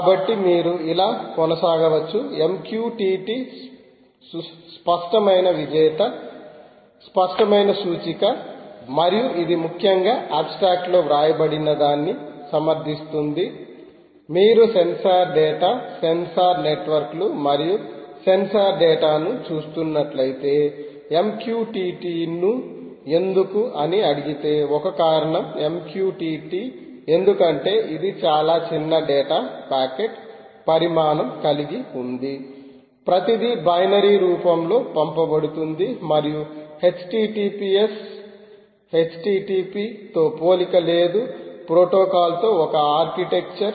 కాబట్టి మీరు ఇలా కొనసాగవచ్చు MQTT స్పష్టమైన విజేత స్పష్టమైన సూచిక మరియు ఇది ముఖ్యంగా అబ్స్ట్రాక్ట్ లో వ్రాయబడినదాన్ని సమర్థిస్తుంది మీరు సెన్సార్ డేటా సెన్సార్ నెట్వర్క్లు మరియు సెన్సార్ డేటా ను చూస్తున్నట్లయితే MQTT ను ఎందుకు అని అడిగితే ఒక కారణం MQTT ఎందుకంటే ఇది చాలా చిన్న డేటా ప్యాకెట్ పరిమాణం కలిగి ఉంధి ప్రతిదీ బైనరీ రూపంలో పంపబడుతుంది మరియు https http తో పోలిక లేధు ప్రోటోకాల్తో ఒక ఆర్కిటెక్చర్